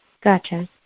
Gotcha